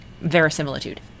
verisimilitude